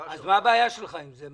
--- אז מה הבעיה שלך עם זה?